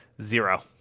Zero